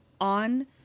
on